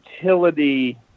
utility